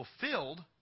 fulfilled